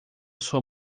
sua